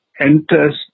enters